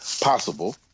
possible